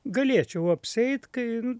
galėčiau apsieiti kai